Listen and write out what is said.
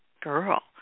girl